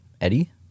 Eddie